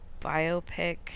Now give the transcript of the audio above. biopic